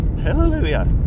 hallelujah